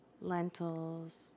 Lentils